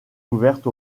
ouverte